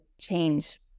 change